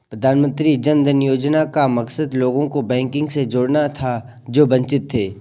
प्रधानमंत्री जन धन योजना का मकसद लोगों को बैंकिंग से जोड़ना था जो वंचित थे